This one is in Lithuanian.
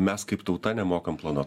mes kaip tauta nemokam planuot